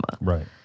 Right